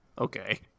Okay